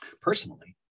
personally